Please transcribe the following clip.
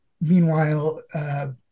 Meanwhile